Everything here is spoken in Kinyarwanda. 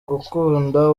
gukunda